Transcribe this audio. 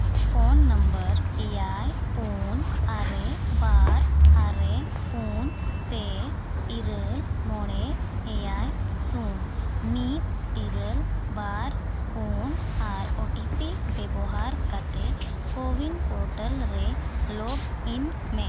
phone number ᱮᱭᱟᱭ ᱯᱩᱱ ᱟᱨᱮ ᱵᱟᱨ ᱟᱨᱮ ᱯᱩᱱ ᱯᱮ ᱤᱨᱟᱹᱞ ᱢᱚᱬᱮ ᱮᱭᱟᱭ ᱥᱩᱱ ᱢᱤᱫ ᱤᱨᱟᱹᱞ ᱵᱟᱨ ᱯᱩᱱ ᱟᱨ ᱳ ᱴᱤ ᱯᱤ ᱵᱮᱵᱚᱦᱟᱨ ᱠᱟᱛᱮ ᱠᱳᱼᱩᱭᱤᱱ ᱯᱳᱨᱴᱟᱞ ᱨᱮ ᱞᱚᱜᱽ ᱤᱱ ᱢᱮ